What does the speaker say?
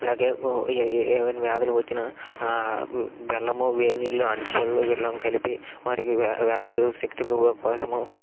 అలాగే ఉ ఏవైన వ్యాధులు వచ్చిన బెల్లము వేడి నీళ్లు అంటి పళ్ళు వీళ్ళని కలిపి వాటికి వ్యాధి నిరోధక శక్తికి కోసము